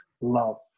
love